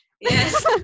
yes